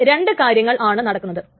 ഇവിടെ രണ്ടു കാര്യങ്ങൾ ആണ് നടക്കുന്നത്